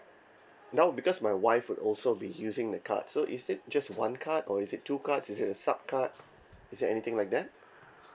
now because my wife would also be using the card so is it just one card or is it two cards is it a sub card is there anything like that